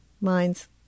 minds